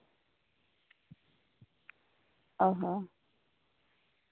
ᱚ ᱦᱚᱸ